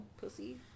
Pussy